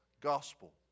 gospel